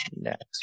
next